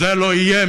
זה לא יהיה,